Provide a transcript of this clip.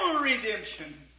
redemption